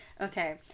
okay